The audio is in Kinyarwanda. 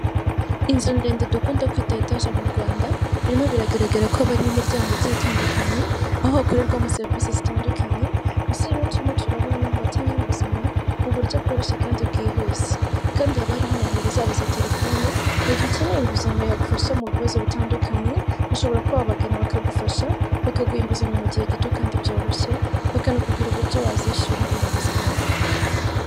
Inzu ndende dukunda kwita etaje mu Rwanda, birimo biragaragara ko hari mo imiryango igiye itandukanye, aho hakorerwamo serivisi zitandukanye, izirimo turimo turabona ni aho batanga inguzanyo mu buryo bworoshye kandi bwihuse. Kandi haba hariho nomero zabo za telefone mu gihe ukeneye inguzanyo yagufasha mu bibazo bitandukanye ushobora kubabagana bakagufasha bakaguha inguzanyo mu gihe gito kandi byoroshye bakanakubwira uburyo wazishyura iyo nguzanyo yawe.